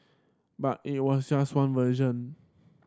but it was just one version